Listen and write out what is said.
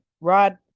Rod